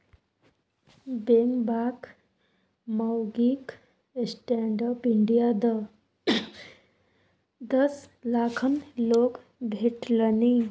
बेंगबाक माउगीक stand up India सँ दस लाखक लोन भेटलनि